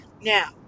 Now